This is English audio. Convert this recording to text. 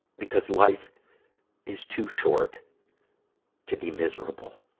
because life is too short to be miserable.